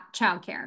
childcare